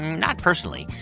not personally,